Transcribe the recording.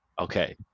Okay